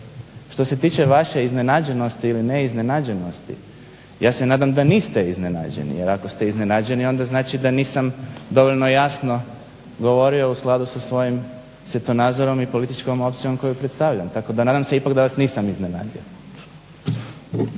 Što se tiče vaše iznenađenosti ili ne iznenađenosti, ja se nadam da niste iznenađeni jel ako ste iznenađeni onda znači da nisam dovoljno jasno govorio u skladu sa svojim svjetonazorom i političkom opcijom koju predstavljam, tako da nadam se ipak da vas nisam iznenadio.